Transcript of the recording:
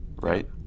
right